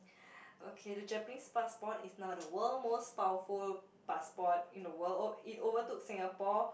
okay the Japanese passport is now the world most powerful passport in the world it overtook Singapore